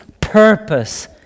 purpose